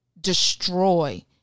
destroy